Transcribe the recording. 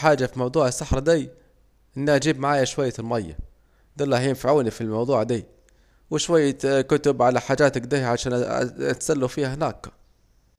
اهم حاجة في موضوع الصحرا دي اني اجيب معايا شوية مايه دول الي هينفعوني في الموضوع ده وشوية كتب على حاجات اكده عشان اتسلى فيهم هناكه